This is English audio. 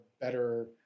better